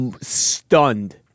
stunned